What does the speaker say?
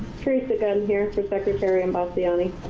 theresa gunn here for secretary imbasciani.